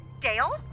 Dale